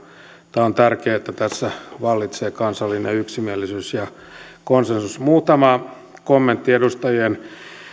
tämä on tärkeää että tässä vallitsee kansallinen yksimielisyys ja konsensus muutama kommentti edustajien